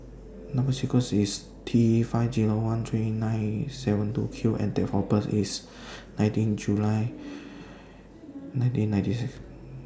Number sequence IS T five Zero one three nine seven two Q and Date of birth IS nineteen July nineteen ninety six